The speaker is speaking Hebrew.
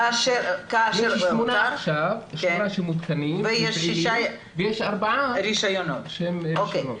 כאשר --- יש עכשיו שמונה שמותקנים ופעילים ויש ארבעה שהם ברישיונות.